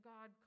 God